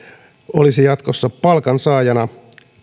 olisi jatkossa palkansaajana